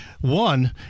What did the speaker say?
one